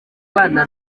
kubana